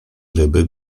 ryby